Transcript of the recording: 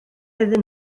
iddyn